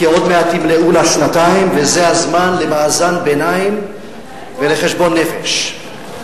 כי עוד מעט ימלאו לה שנתיים וזה הזמן למאזן ביניים ולחשבון נפש.